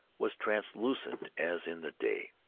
was translucent as in the day.